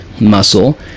muscle